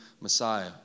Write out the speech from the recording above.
Messiah